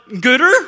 gooder